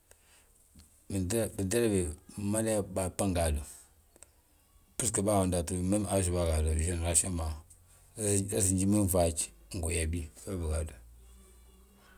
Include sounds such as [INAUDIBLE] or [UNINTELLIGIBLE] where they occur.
[UNINTELLIGIBLE] baaba ngaadu, umada yaa, mmem aasu bâgaadu, senerasiyon bâa ma. resi njiminfaaj ngu uyabi wee wi bâgaadu.